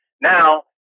Now